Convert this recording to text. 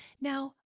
Now